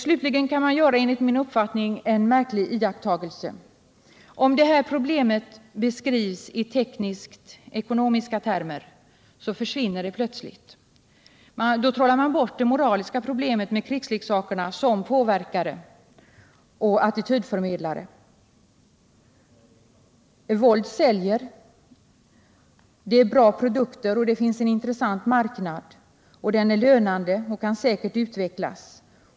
Slutligen kan man, enligt min uppfattning, göra en märklig iakttagelse. Om det här problemet beskrivs i tekniskt-ekonomiska termer 'så försvinner det plötsligt! Då trollar man bort det moraliska problemet med krigsleksakerna som påverkare och attitydförmedlare. Våld säljer, det är bra produkter, och det finns en intressant marknad. Marknaden är lönande och kan säkert utvecklas.